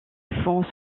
fonds